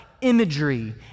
imagery